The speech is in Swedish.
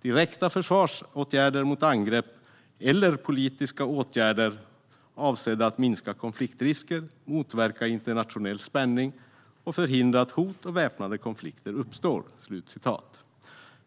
direkta försvarsåtgärder mot angrepp eller politiska åtgärder avsedda att minska konfliktrisker, motverka internationell spänning och förhindra att hot och väpnade konflikter uppstår."